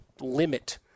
limit